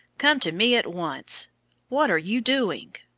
come to me at once what are you doing?